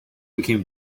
became